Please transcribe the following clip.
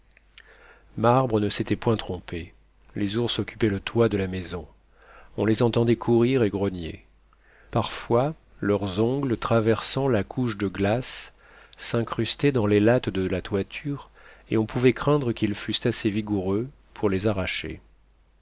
marbre ne s'était point trompé les ours occupaient le toit de la maison on les entendait courir et grogner parfois leurs ongles traversant la couche de glace s'incrustaient dans les lattes de la toiture et on pouvait craindre qu'ils fussent assez vigoureux pour les arracher